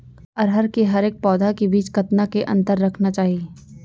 अरहर के हरेक पौधा के बीच कतना के अंतर रखना चाही?